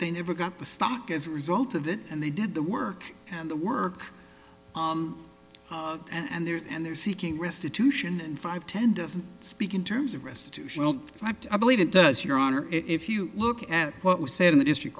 they never got the stock as a result of it and they did the work and the work and their and they're seeking restitution and five tended to speak in terms of restitution fact i believe it does your honor if you look at what was said in the district